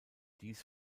dies